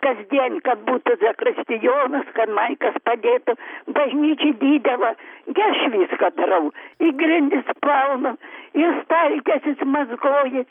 kasdien kad būtų zakristijonas kad man kas padėtų bažnyčia didelą gi aš viską darau i grindisplaunu i staltieses mazgoju